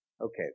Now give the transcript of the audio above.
Okay